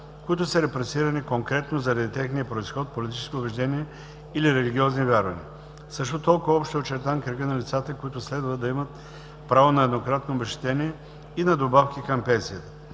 които са репресирани конкретно заради техния произход, политически убеждения или религиозни вярвания. Също толкова общо е очертан кръгът на лицата, които следва да имат право на еднократно обезщетение и на добавки към пенсията.